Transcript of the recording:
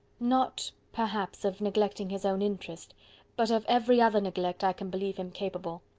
not, perhaps, of neglecting his own interest but of every other neglect i can believe him capable.